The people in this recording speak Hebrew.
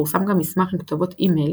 פורסם גם מסמך עם כתובות אי-מייל